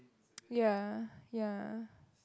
ya ya